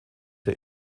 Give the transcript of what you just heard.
der